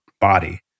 body